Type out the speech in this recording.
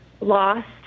lost